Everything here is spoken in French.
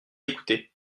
écouté